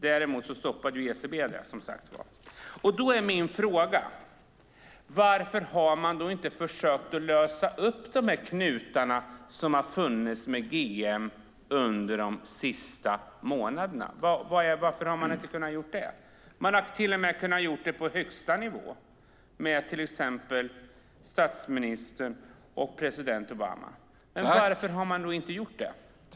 Däremot stoppade ECB affären. Varför har man inte försökt att lösa upp knutarna som har funnits med GM under de senaste månaderna? Varför har man inte gjort det? Man hade till och med kunnat göra det på högsta nivå med till exempel statsministern och president Obama. Men varför har man inte gjort det?